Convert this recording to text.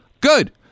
Good